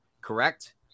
correct